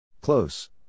Close